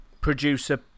producer